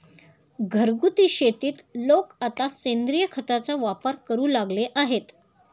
घरगुती शेतीत लोक आता सेंद्रिय खताचा वापर करू लागले आहेत